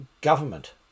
government